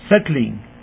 settling